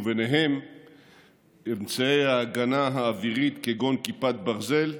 ובהם אמצעי ההגנה האווירית כגון כיפת ברזל,